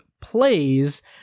Plays